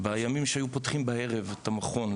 בימים שהיו פותחים בערב את המכון,